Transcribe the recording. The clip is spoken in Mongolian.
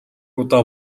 удаа